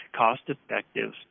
cost-effective